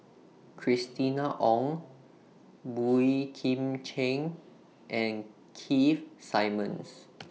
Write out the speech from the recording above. Christina Ong Boey Kim Cheng and Keith Simmons